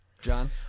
John